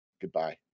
Goodbye